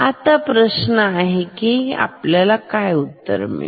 आता प्रश्न आहे की असं काय उत्तर मिळेल